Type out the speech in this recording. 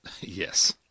Yes